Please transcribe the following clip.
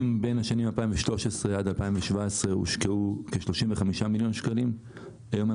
אם בין השנים 2013-2017 הושקעו כ-35 מיליון שקלים - היום,